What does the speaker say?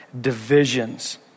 divisions